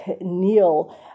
Neil